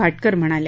भाटकर म्हणाल्या